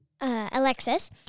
Alexis